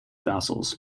fossils